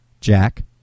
Jack